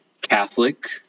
Catholic